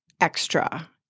extra